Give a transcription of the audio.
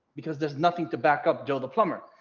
because there's nothing to back up joe the plumber.